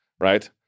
right